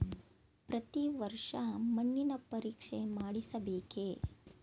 ಪ್ರತಿ ವರ್ಷ ಮಣ್ಣಿನ ಪರೀಕ್ಷೆ ಮಾಡಿಸಬೇಕೇ?